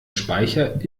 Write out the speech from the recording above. speicher